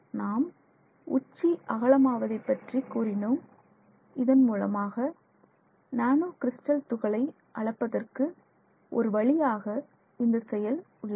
நாம் உச்சி அகலம் ஆவதை பற்றி கூறினோம் இதன் மூலமாக நானோ கிரிஸ்டல் துகளை அளப்பதற்கு ஒருவழியாக இந்த செயல் உள்ளது